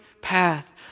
path